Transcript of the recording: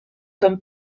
comme